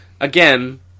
Again